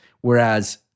Whereas